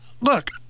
look